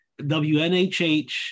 WNHH